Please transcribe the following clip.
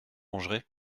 mangerez